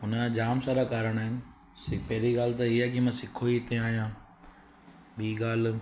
उन जा जाम सारा कारण आहिनि सी पहिरीं ॻाल्हि त इहा आहे की मां सिखो ई हिते आहियां ॿी ॻाल्हि